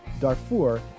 Darfur